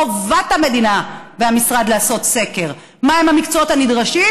חובת המדינה והמשרד לעשות סקר מהם המקצועות הנדרשים